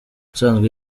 usanzwe